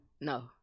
no